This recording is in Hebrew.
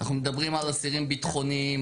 אנחנו מדברים על אסירים ביטחוניים,